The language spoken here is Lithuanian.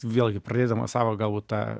vėlgi pradėdamas savo galbūt tą